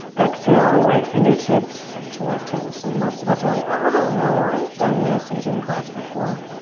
exhale, right fingertips to left toes. so most of us are like, oh, i've done this in gym class before.